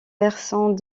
versant